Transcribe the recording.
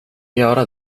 göra